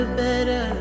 better